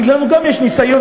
כי לנו גם יש ניסיון,